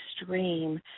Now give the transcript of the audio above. extreme